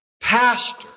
pastor